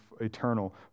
eternal